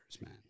man